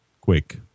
quick